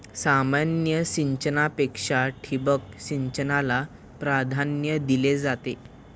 सामान्य सिंचनापेक्षा ठिबक सिंचनाला प्राधान्य दिले जाते